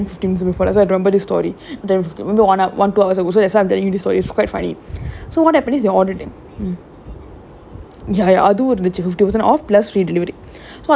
I let it laughed and heard it like okay lah and then she order like frog also I remember the story and to be honour one two hour is quite funny so what happen is she ordered it